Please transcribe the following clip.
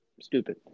stupid